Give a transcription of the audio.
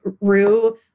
Rue